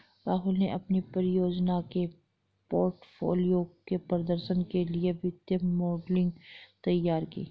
राहुल ने अपनी परियोजना के पोर्टफोलियो के प्रदर्शन के लिए वित्तीय मॉडलिंग तैयार की